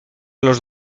los